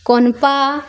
କୋନ୍ତା